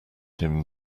him